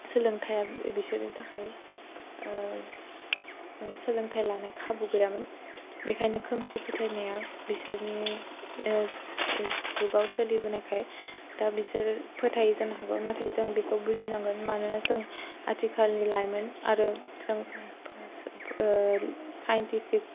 सोलोंथाया बिसोरनि थाखाय सोलोंथाय लानाय खाबु गैयामोन बेखायनो खोमसि फोथायनाया बिसोरनि जुगाव सोलिबोनायखाय दा बिसोरो फोथायो जानो हागौ नाथाय जों बेखौ बुजिनांगोन मानोना जों आथिखालनि लाइमोन आरो जों साइन्तिफिक